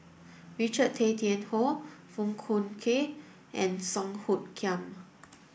Richard Tay Tian Hoe Foong Fook Kay and Song Hoot Kiam